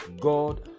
God